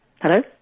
hello